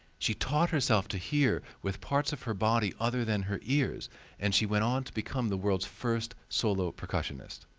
she taught herself to hear with parts of her body other than her ears and she went on to become the world's first solo percussionist.